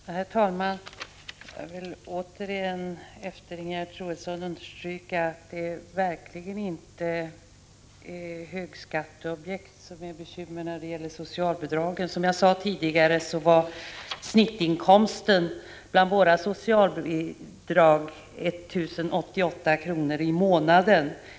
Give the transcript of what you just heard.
Herr talman! Efter Ingegerd Troedssons anförande vill jag återigen understryka att det verkligen inte är högskatteobjekt som inger bekymmer när det gäller socialbidragen. Som jag sade tidigare var snittinkomsten bland våra socialbidragstagare 1 088 kr. i månaden.